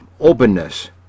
openness